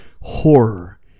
horror